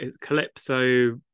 Calypso